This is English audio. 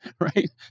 Right